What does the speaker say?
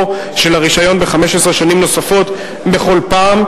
של הרשיון ב-15 שנים נוספות בכל פעם,